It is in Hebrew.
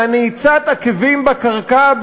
אלא נעיצת עקבים בקרקע,